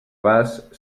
vas